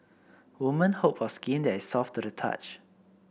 women hope for skin that is soft to the touch